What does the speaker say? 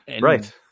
Right